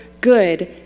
good